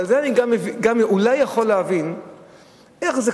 אבל אני גם אולי יכול להבין איך זה,